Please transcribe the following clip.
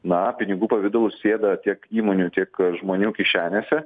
na pinigų pavidalu sėda tiek įmonių tiek žmonių kišenėse